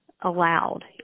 allowed